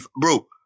Bro